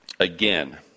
Again